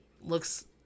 looks